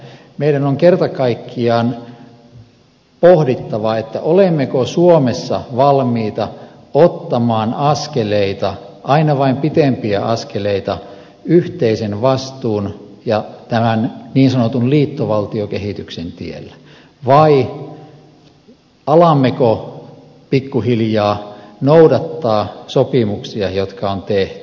meidän on kerta kaikkiaan pohdittava olemmeko suomessa valmiita ottamaan askeleita aina vain pitempiä askeleita yhteisen vastuun ja tämän niin sanotun liittovaltiokehityksen tiellä vai alammeko pikkuhiljaa noudattaa sopimuksia jotka on tehty